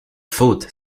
faute